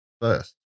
first